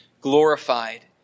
glorified